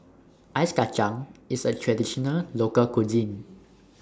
Ice Kacang IS A Traditional Local Cuisine